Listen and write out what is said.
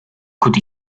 could